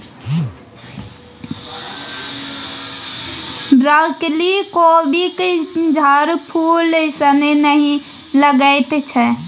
broccoli कोबीक झड़फूल सन नहि लगैत छै